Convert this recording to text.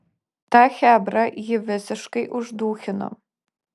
ta chebra jį visiškai uždūchino